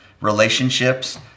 relationships